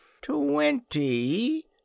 Twenty